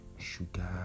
sugar